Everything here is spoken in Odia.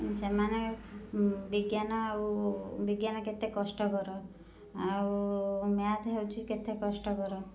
ସେମାନେ ବିଜ୍ଞାନ ଆଉ ବିଜ୍ଞାନ କେତେ କଷ୍ଟକର ଆଉ ମ୍ୟାଥ୍ ହେଉଛି କେତେ କଷ୍ଟକର